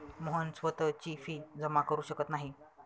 मोहन स्वतःची फी जमा करु शकत नाही